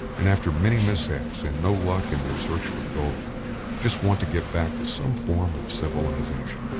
and after many mishaps and no luck in their search for gold just want to get back to some form of civilization.